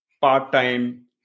part-time